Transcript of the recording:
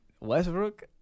Westbrook